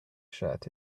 shirt